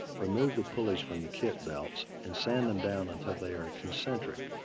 remove the pulleys from the kit belts and sand them down until they are concentric.